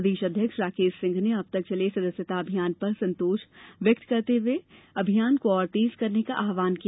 प्रदेश अध्यक्ष राकेश सिंह ने अब तक चले सदस्यता अभियान पर संतोष व्यक्त करते हुए अभियान को और तेज करने का आहवान किया